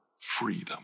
freedom